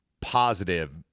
positive